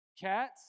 Cats